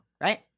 right